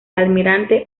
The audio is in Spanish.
almirante